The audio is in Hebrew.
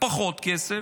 פחות כסף,